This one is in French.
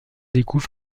découvre